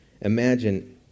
Imagine